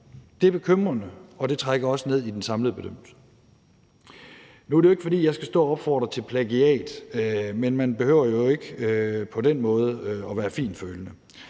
Det er bekymrende, og det trækker også ned i den samlede bedømmelse. Nu er det ikke, fordi jeg skal stå og opfordre til plagiat, men man behøver jo ikke på den måde at være fintfølende.